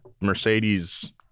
Mercedes